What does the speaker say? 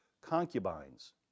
concubines